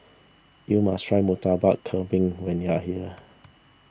you must try Murtabak Kambing when you are here